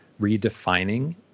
redefining